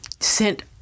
Sent